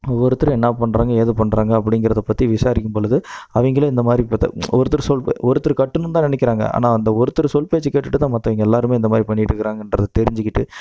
ஒவ்வொருத்தரும் என்ன பண்ணுறாங்க ஏது பண்ணுறாங்க அப்படிங்கிறத பற்றி விசாரிக்கும் பொழுது அவங்களும் இந்த மாதிரி பார்த்தா ஒருத்தர் சொல் ஒருத்தர் கட்டுணும்னு தான் நெனைக்கிறாங்க ஆனால் அந்த ஒருத்தர் சொல் பேச்சை கேட்டுகிட்டு தான் மற்றவங்க எல்லோருமே இந்த மாதிரி பண்ணிக்கிட்டு இருக்கிறாங்கன்றதை தெரிஞ்சுக்கிட்டு